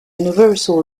universal